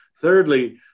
Thirdly